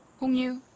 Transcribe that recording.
hong yoo,